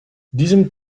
diesem